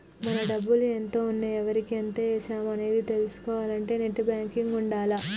మన డబ్బులు ఎంత ఉన్నాయి ఎవరికి ఎంత వేశాము అనేది తెలుసుకోవాలంటే నెట్ బ్యేంకింగ్ ఉండాల్ల